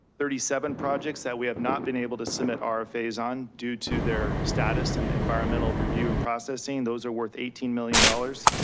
thirty seven projects that we have not been able to submit rfas on due to their status in environmental review and processing, those are worth eighteen million dollars.